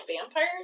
vampires